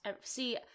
See